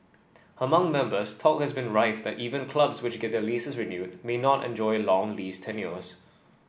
among members talk has been rife that even clubs which get their leases renewed may not enjoy long lease tenures